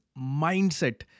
mindset